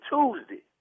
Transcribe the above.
Tuesday